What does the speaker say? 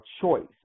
choice